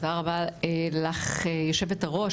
תודה רבה לך היושבת-ראש,